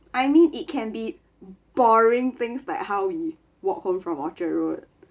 I mean it can be boring things like how we walked home from orchard road